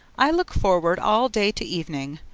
i look forward all day to evening,